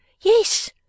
Yes